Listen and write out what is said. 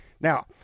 Now